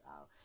out